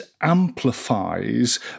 amplifies